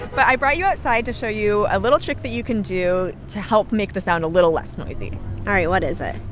but i brought you outside to show you a little trick that you can do to help make the sound a little less noisy all right. what is ah